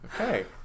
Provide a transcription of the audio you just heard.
okay